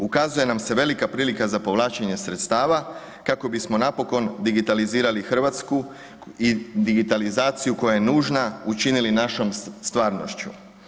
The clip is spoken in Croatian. Ukazuje nam se velika prilika za povlačenje sredstava kako bismo napokon digitalizirali RH i digitalizaciju koja je nužna učinili našom stvarnošću.